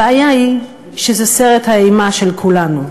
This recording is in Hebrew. הבעיה היא שזה סרט האימה של כולנו.